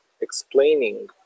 explaining